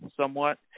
somewhat